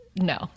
No